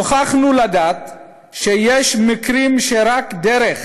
נוכחנו לדעת שיש מקרים שרק דרך